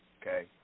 Okay